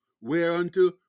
whereunto